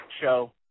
show